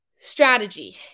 Strategy